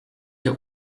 der